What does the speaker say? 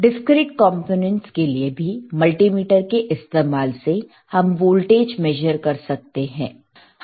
discrete components के लिए भी मल्टीमीटर के इस्तेमाल से हम वोल्टेज मेजर कर सकते हैं